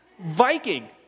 Viking